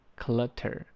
，clutter